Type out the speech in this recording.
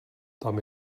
tam